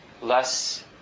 less